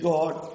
God